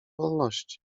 wolności